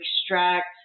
extract